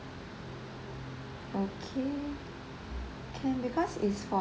okay can because it's for